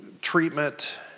treatment